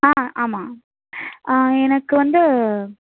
ஆ ஆமாம் எனக்கு வந்து